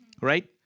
right